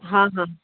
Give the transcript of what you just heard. हाँ हाँ